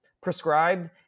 prescribed